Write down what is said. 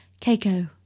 Keiko